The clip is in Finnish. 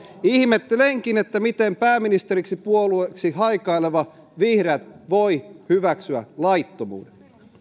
ihmettelenkin miten pääministeripuolueeksi haikaileva vihreät voi hyväksyä laittomuuden